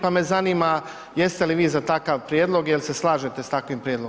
Pa me zanima jeste li vi za takav prijedlog, jel se slažete s takvim prijedlogom?